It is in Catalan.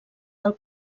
del